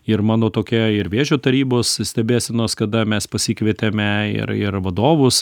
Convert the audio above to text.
ir mano tokia ir vėžio tarybos stebėsenos kada mes pasikvietėme ir ir vadovus